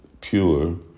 pure